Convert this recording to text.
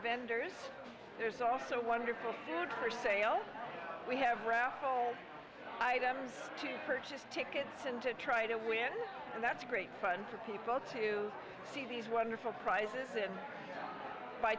vendors there's also wonderful sued for sale we have raffle items to purchase tickets and to try to win and that's great fun for people to see these wonderful prizes and buy